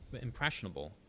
impressionable